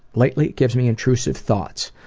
lately it gives me intrusive thoughts,